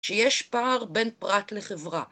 כשיש פער בין פרט לחברה